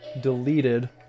deleted